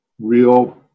real